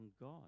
God